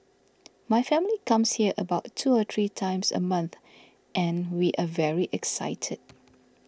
my family comes here about two or three times a month and we are very excited